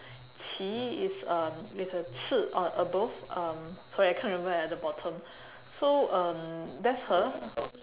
柒 is um is a 次 on above um sorry I can't remember at the bottom so um that's her